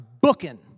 booking